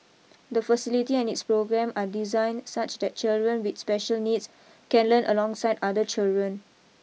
the facility and its programme are designed such that children with special needs can learn alongside other children